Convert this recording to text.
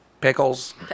Pickles